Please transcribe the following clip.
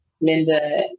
Linda